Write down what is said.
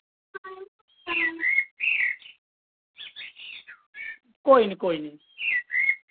कोई नि कोई नि